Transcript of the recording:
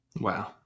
Wow